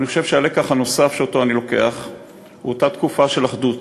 אבל אני חושב שהלקח הנוסף שאני לוקח הוא אותה תקופה של אחדות,